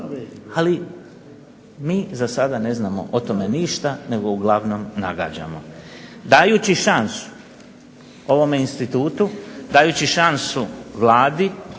ali mi zasada ne znamo o tome ništa nego uglavnom nagađamo. Dajući šansu ovome institutu, dajući šansu Vladi,